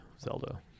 Zelda